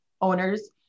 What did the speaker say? owners